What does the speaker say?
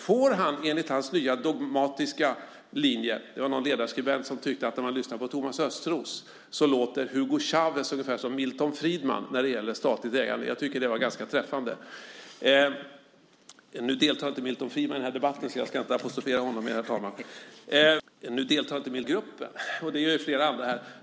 Får man det enligt hans nya dogmatiska linje? Det var någon ledarskribent som tyckte att när man lyssnar på Thomas Östros låter Hugo Chávez ungefär som Milton Friedman när det gäller statligt ägande. Jag tycker att det var ganska träffande. Nu deltar inte Milton Friedman i den här debatten så jag ska inte apostrofera honom något mer, herr talman. Thomas Östros sade många intressanta saker. Han oroar sig väldigt mycket för den borgerliga gruppen, och det gör flera andra här.